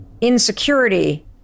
Insecurity